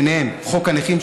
ביניהן חוק הנכים,